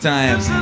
Times